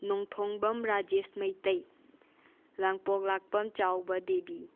Nongthongbam Rajesh Meitei Langpoklakpam Chaoba Devi